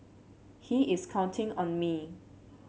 he is counting on me